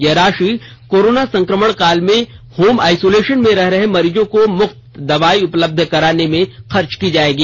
यह राशि कोरोना संकमण काल में होम आईसोलेशन में रह रहे मरीजों को मुफ्त दवाई उपलब्ध कराने में खर्च की जायेगी